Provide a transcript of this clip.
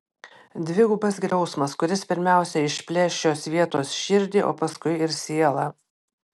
dvigubas griausmas kuris pirmiausia išplėš šios vietos širdį o paskui ir sielą